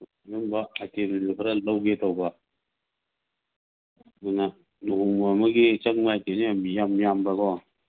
ꯑꯅꯧꯕ ꯑꯥꯏꯇꯦꯝꯗꯨꯁꯨ ꯈꯔ ꯂꯧꯒꯦ ꯇꯧꯕ ꯑꯗꯨꯅ ꯂꯨꯍꯣꯡꯕ ꯑꯃꯒꯤ ꯆꯪꯕ ꯑꯥꯏꯇꯦꯝꯁꯤ ꯌꯥꯝ ꯌꯥꯝꯕꯀꯣ